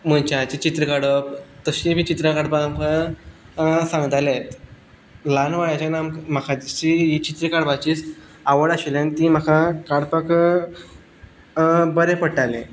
मनशांचीं चित्रां काडप तशीं बी चित्रां काडपाक आमकां सांगताले ल्हान वंयाच्यान म्हाका तशीं चित्रां काडपाचीं आवड आशिल्ल्यान तीं म्हाका काडपाक बरें पडटालें